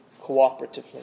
cooperatively